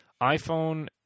iPhone